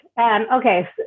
Okay